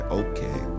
okay